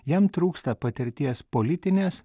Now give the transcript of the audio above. jam trūksta patirties politinės